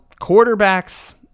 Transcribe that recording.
quarterbacks